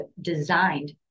designed